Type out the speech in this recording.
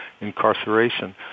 incarceration